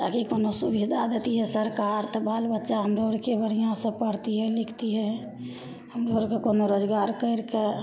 आओर कि कोनो सुविधा देतिए सरकार तऽ बालबच्चा हमरो आओरके बढ़िआँसे पढ़तिए लिखतिए हमरो आओरके कोनो रोजगार करिके